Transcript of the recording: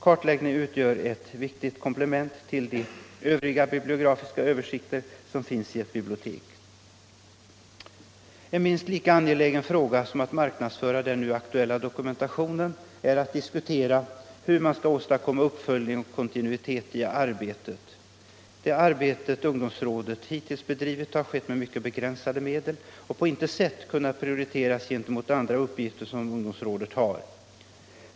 Kartläggningen utgör ett viktigt komplement till de övriga bibliografiska översikter som finns i ett bibliotek. En minst lika angelägen fråga som att marknadsföra den nu aktuella dokumentationen är att diskutera hur man skall åstadkomma uppföljning och kontinuitet i arbetet. Det arbete ungdomsrådet hittills bedrivit har skett med mycket begränsade medel och har på intet sätt kunnat prioriteras gentemot andra uppgifter rådet har.